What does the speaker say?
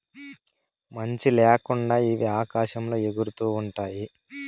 మంచి ల్యాకుండా ఇవి ఆకాశంలో ఎగురుతూ ఉంటాయి